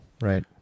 right